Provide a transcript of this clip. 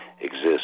exists